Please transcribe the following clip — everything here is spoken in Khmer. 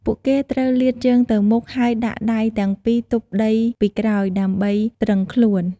ពួកគេត្រូវលាតជើងទៅមុខ ហើយដាក់ដៃទាំងពីរទប់ដីពីក្រោយដើម្បីទ្រឹងខ្លួន។